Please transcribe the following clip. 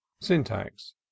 Syntax